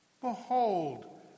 Behold